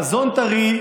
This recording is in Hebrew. מזון טרי,